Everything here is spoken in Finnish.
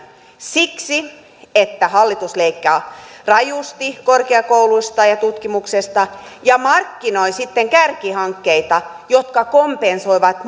siksi että hallitus leikkaa rajusti korkeakouluista ja tutkimuksesta ja markkinoi sitten kärkihankkeita jotka kompensoivat